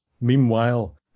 meanwhile